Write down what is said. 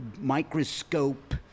microscope